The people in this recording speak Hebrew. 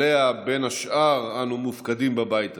שעליה, בין השאר, אנו מופקדים בבית הזה.